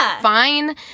fine